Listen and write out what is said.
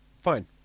Fine